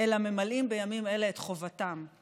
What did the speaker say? אלא ממלאים בימים אלה את חובתם.